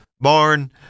barn